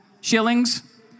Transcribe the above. shillings